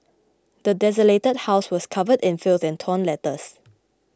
the desolated house was covered in filth and torn letters